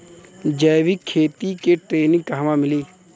जैविक खेती के ट्रेनिग कहवा मिली?